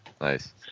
Nice